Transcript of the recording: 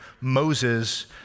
Moses